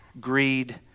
greed